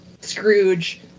Scrooge